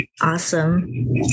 awesome